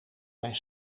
zijn